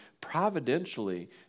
providentially